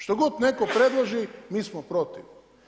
Što god netko predloži mi smo protiv.